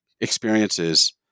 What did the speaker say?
experiences